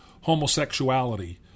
homosexuality